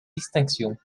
distinctions